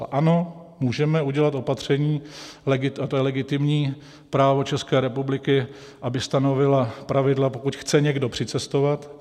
Ano, můžeme udělat opatření, a to je legitimní právo České republiky, aby stanovila pravidla, pokud chce někdo přicestovat.